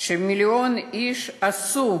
שמיליון איש עשו,